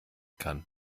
kann